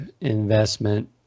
investment